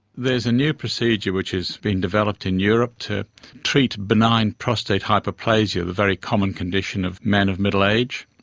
there's a new procedure which has been developed in europe to treat benign prostate hyperplasia, the very common condition of men of middle age.